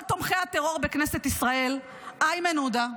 גדול תומכי הטרור בכנסת ישראל, איימן עודה,